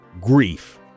grief